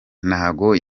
ntago